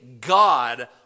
God